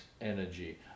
energy